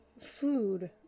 food